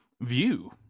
view